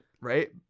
Right